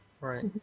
Right